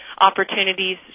opportunities